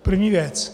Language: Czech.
První věc.